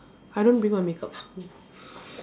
I don't bring my makeup to school